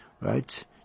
right